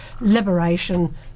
liberation